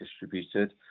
distributed